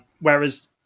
whereas